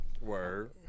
Word